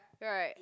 right